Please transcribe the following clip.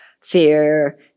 fear